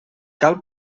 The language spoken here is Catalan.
cal